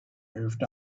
moved